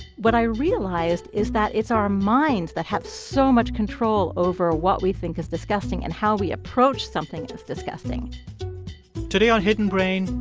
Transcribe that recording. what i realized is that it's our minds that have so much control over what we think is disgusting and how we approach something that's disgusting today on hidden brain,